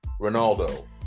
Ronaldo